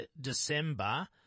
December